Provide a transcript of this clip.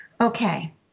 Okay